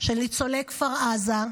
של ניצולי כפר עזה.